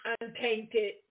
Untainted